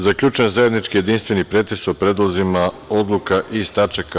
Zaključujem zajednički jedinstveni pretres o predlozima odluka iz tač.